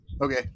Okay